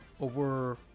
over